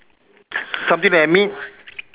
something like meat